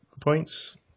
Points